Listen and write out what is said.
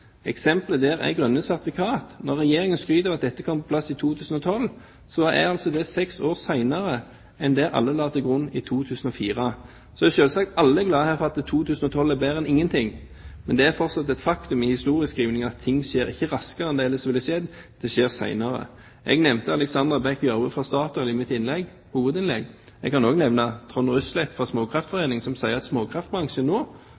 er grønne sertifikater. Når Regjeringen skryter av at dette kommer på plass i 2012, er det altså seks år senere enn det alle la til grunn i 2004. Alle er selvsagt glad for at det kommer i 2012 – det er bedre enn ingenting. Men det er fortsatt et faktum i historieskrivingen at ting skjer ikke raskere enn det ellers ville ha skjedd, det skjer senere. Jeg nevnte Alexandra Bech Gjørv fra Statoil i mitt hovedinnlegg. Jeg kan også nevne Trond Ryslett fra Småkraftforeningen, som sier at småkraftbransjen nå,